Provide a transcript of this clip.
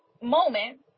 moment